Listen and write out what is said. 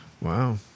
Wow